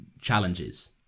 challenges